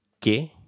que